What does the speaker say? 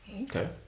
Okay